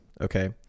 Okay